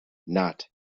not